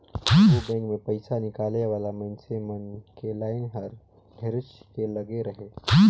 आघु बेंक मे पइसा निकाले वाला मइनसे मन के लाइन हर ढेरेच के लगे रहें